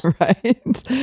Right